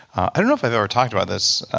i don't know if i've ever talked about this.